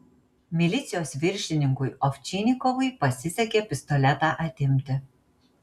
milicijos viršininkui ovčinikovui pasisekė pistoletą atimti